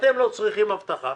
אתם לא צריכים הבטחה.